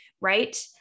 Right